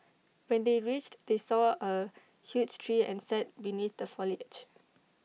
when they reached they saw A huge tree and sat beneath the foliage